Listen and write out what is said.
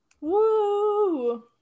Woo